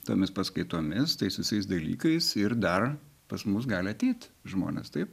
tomis paskaitomis tais visais dalykais ir dar pas mus gali ateit žmonės taip